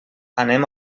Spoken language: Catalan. anem